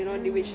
mm